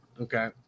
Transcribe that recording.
Okay